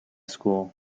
school